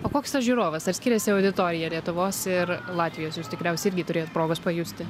o koks tas žiūrovas ar skiriasi auditorija lietuvos ir latvijos jūs tikriausiai irgi turėjot progos pajusti